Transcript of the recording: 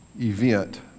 event